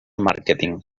màrqueting